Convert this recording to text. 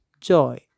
joy